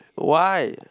why